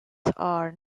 are